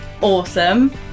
awesome